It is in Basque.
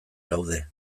gaude